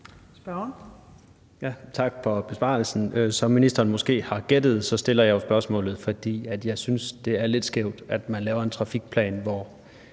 Tak for besvarelsen. Som ministeren måske har gættet, stiller jeg jo spørgsmålet, fordi jeg synes, det er lidt skævt, at man laver en trafikplan, hvor